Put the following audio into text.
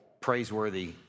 praiseworthy